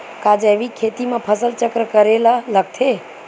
का जैविक खेती म फसल चक्र करे ल लगथे?